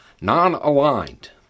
non-aligned